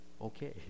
okay